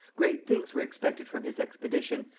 great things were expected from his expedition,